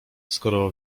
skoro